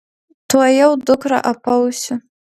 tuojau dukrą apausiu